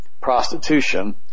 prostitution